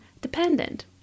dependent